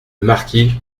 marquis